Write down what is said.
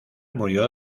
murió